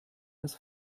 als